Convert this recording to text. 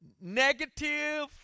negative